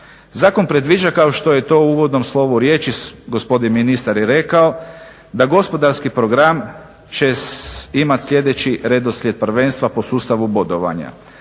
Zakon predviđa kao što je to u uvodnom slovu riječi, gospodin ministar je rekao da gospodarski program će imati sljedeći redoslijed prvenstva po sustavu bodovanja.